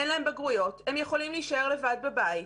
אין להם בגרויות, הם יכולים להישאר לבד בבית,